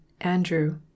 Andrew